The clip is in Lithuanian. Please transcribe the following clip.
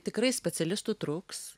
tikrai specialistų truks